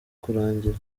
kurangira